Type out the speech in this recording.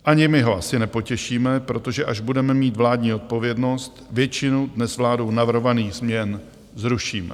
Ani my ho asi nepotěšíme, protože až budeme mít vládní odpovědnost, většinu, dnes vládou navrhovaných změn, zrušíme.